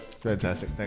fantastic